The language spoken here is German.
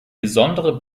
besondere